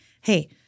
hey